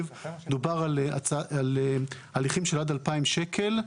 מדובר על הליכים של עד 2,000 שקלים,